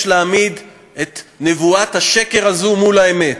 יש להעמיד את נבואת השקר הזאת מול האמת.